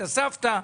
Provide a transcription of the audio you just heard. את הסבתא,